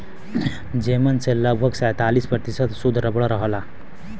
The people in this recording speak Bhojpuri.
जेमन से लगभग सैंतालीस प्रतिशत सुद्ध रबर रहल